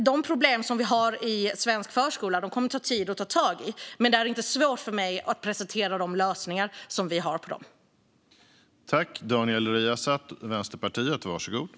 De problem som vi har i svensk förskola kommer att ta tid att ta tag i, men det är inte svårt för mig att presentera de lösningar som vi har på dessa problem.